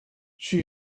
she